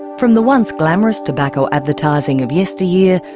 from the once glamorous tobacco advertising of yesteryear,